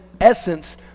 essence